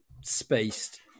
Spaced